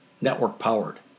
Network-powered